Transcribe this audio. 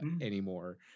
anymore